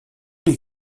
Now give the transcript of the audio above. les